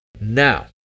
Now